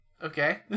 Okay